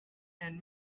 and